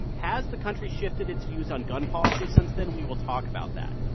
has the country shifted its views on gun policy since then? we will talk about that.